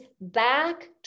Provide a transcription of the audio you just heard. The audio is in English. back